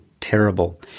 terrible